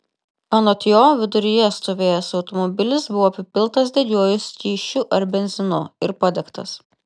anot jo viduryje stovėjęs automobilis buvo apipiltas degiuoju skysčiu ar benzinu ir padegtas